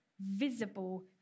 visible